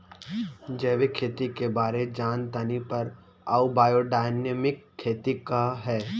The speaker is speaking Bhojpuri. जैविक खेती के बारे जान तानी पर उ बायोडायनमिक खेती का ह?